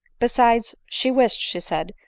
besides, she wished, she said,